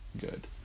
good